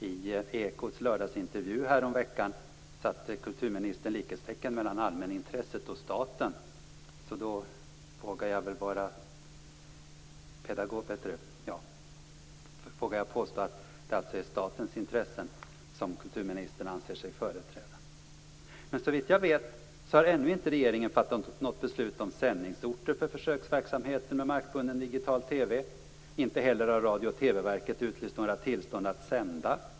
I Ekots lördagsintervju häromveckan satte kulturministern likhetstecken mellan allmänintresset och staten. Jag vågar därför påstå att det alltså är statens intressen som kulturministern anser sig företräda. Såvitt jag vet har regeringen ännu inte fattat något beslut om sändningsorter för försöksverksamheten med markbunden digital TV. Inte heller har Radiooch TV-verket utlyst några tillstånd att sända.